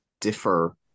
differ